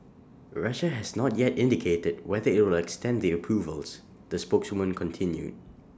Russia has not yet indicated whether IT will extend the approvals the spokeswoman continued